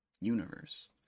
universe